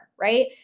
right